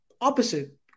opposite